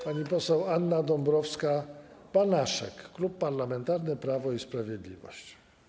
Pani poseł Anna Dąbrowska-Banaszek, Klub Parlamentarny Prawo i Sprawiedliwość.